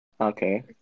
Okay